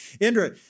Indra